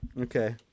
Okay